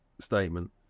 statement